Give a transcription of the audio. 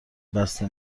بسته